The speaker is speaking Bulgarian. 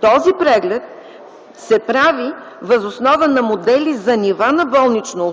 Този преглед се прави въз основа на модели за нива на болнично